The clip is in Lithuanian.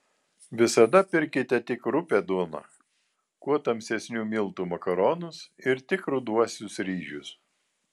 visada pirkite tik rupią duoną kuo tamsesnių miltų makaronus ir tik ruduosius ryžius